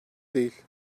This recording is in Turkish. değil